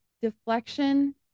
deflection